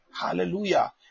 Hallelujah